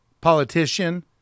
politician